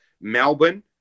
Melbourne